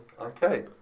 okay